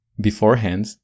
beforehand